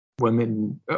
Women